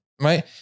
Right